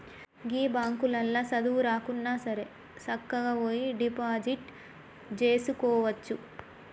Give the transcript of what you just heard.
గీ బాంకులల్ల సదువు రాకున్నాసరే సక్కగవోయి డిపాజిట్ జేసుకోవచ్చు